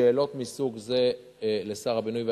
שאלות מסוג זה לשר הבינוי והשיכון,